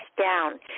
down